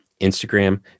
Instagram